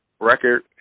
record